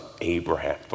Abraham